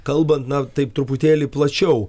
kalbant na taip truputėlį plačiau